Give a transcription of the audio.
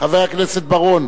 חבר הכנסת בר-און,